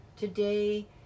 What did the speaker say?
Today